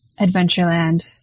Adventureland